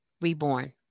reborn